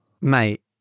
Mate